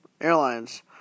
airlines